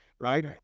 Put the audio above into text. right